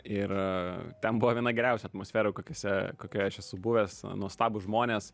ir ten buvo viena geriausių atmosferų kokiose kokioje aš esu buvęs nuostabūs žmonės